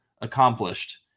accomplished